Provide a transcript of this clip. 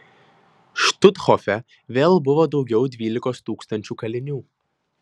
štuthofe vėl buvo daugiau dvylikos tūkstančių kalinių